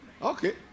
Okay